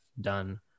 done